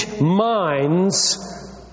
minds